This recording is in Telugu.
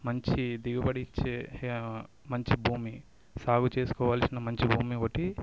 మంచి దిగుబడి ఇచ్చే మంచి భూమి సాగు చేసుకోవాల్సిన మంచి భూమి ఒకటి